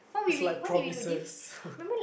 it's like promises